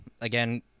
again